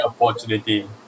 opportunity